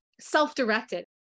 self-directed